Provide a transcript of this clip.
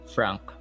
Frank